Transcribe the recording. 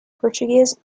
portuguese